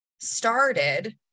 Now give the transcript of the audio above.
started